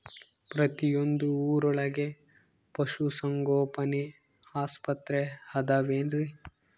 ಪ್ರತಿಯೊಂದು ಊರೊಳಗೆ ಪಶುಸಂಗೋಪನೆ ಆಸ್ಪತ್ರೆ ಅದವೇನ್ರಿ?